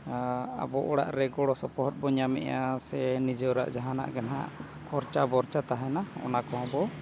ᱟᱵᱚ ᱚᱲᱟᱜ ᱨᱮ ᱜᱚᱲᱚ ᱥᱚᱯᱚᱦᱚᱫ ᱵᱚᱱ ᱧᱟᱢᱮᱜᱼᱟ ᱥᱮ ᱱᱤᱡᱮᱨᱟᱜ ᱡᱟᱦᱟᱱᱟᱜ ᱜᱮ ᱦᱟᱸᱜ ᱠᱷᱚᱨᱪᱟ ᱵᱚᱨᱪᱟ ᱛᱟᱦᱮᱱᱟ ᱚᱱᱟ ᱠᱚᱨᱮ ᱵᱚᱱ